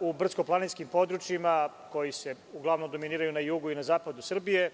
u brdsko-planinskim područjima koji se uglavnom dominiraju na jugu i zapadu Srbije,